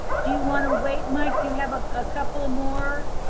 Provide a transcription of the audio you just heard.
do you want to wait, mike, you have a couple more,